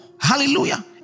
hallelujah